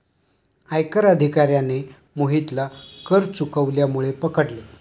आयकर अधिकाऱ्याने मोहितला कर चुकवल्यामुळे पकडले